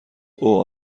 اوه